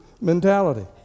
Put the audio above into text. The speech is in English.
mentality